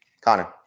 Connor